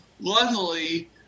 luckily